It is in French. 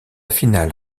finale